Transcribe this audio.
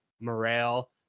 morale